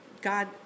God